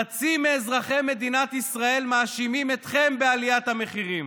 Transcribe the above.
חצי מאזרחי מדינת ישראל מאשימים אתכם בעליית המחירים.